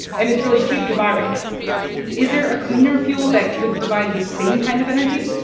and it's really cheap to buy right now is there a cleaner fuel that could provide the same kind of energy?